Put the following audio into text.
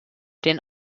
den